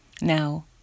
Now